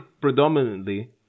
predominantly